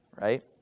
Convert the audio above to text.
right